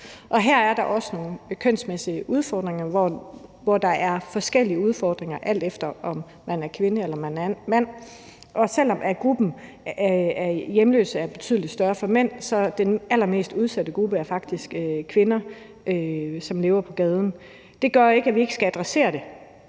Her er der også nogle kønsmæssige udfordringer, altså forskellige udfordringer, alt efter om man er kvinde eller mand, og selv om gruppen af hjemløse er betydelig større for mænds vedkommende, er den allermest udsatte gruppe faktisk kvinder, som lever på gaden. Det gør ikke, at vi ikke skal adressere det.